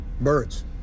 Birds